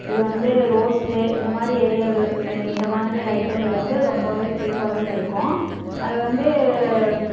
இது வந்து ரோஸ்ட்டு இந்த மாதிரி ஏரியாகள் இந்த மாதிரி ஐட்டங்கள் வந்து ரொம்பவே சீப்பாகவே கிடைக்கும் அது வந்து